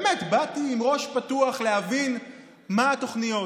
באמת, באתי עם ראש פתוח להבין מה התוכניות,